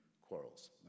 quarrels